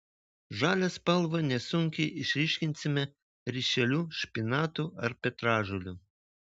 žalią spalvą nesunkiai išryškinsime ryšeliu špinatų ar petražolių